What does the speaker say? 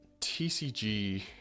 TCG